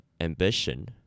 ambition